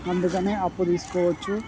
అందుకనే అప్పు తీసుకోవచ్చు